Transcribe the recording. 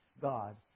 God